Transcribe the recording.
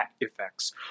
effects